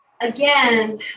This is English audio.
again